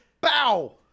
Bow